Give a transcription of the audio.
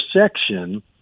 section